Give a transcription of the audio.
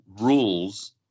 rules